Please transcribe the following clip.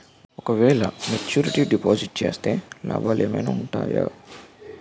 ఓ క వేల maturity deposit చేస్తే లాభాలు ఏమైనా ఉంటాయా?